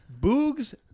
Boog's